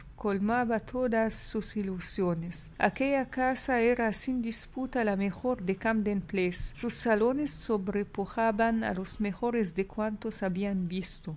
colmaba todas sus ilusiones aquella casa era sin disputa la mejor de camden place sus salones sobrepujaban a los mejores de cuantos habían visto